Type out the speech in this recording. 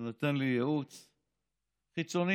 שנתן לי ייעוץ חיצוני.